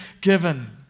given